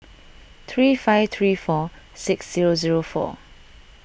three five three four six zero zero four